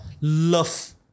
love